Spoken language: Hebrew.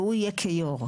והוא יהיה כיו"ר.